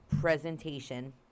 presentation